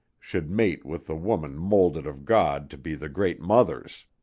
should mate with the women moulded of god to be the great mothers.